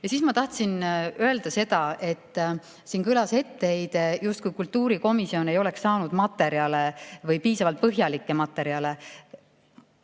aega. Siis ma tahtsin öelda seda, et siin kõlas etteheide, justkui kultuurikomisjon ei oleks saanud materjale või piisavalt põhjalikke materjale.